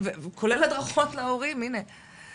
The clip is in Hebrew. כולל הדרכות להורים, הנה.